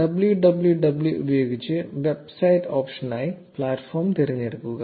0205 Www ഉപയോഗിച്ച് website ഓപ്ഷനായി platform തിരഞ്ഞെടുക്കുക